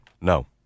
No